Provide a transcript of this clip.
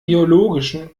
biologischen